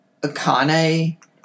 Akane